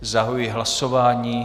Zahajuji hlasování.